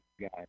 guy